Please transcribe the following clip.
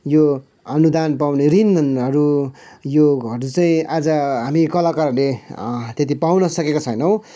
यो अनुदान पाउने ऋणहरू यो घर चैँ आज हामी कलाकारहरले त्यति पाउनु सकेका छैनौँ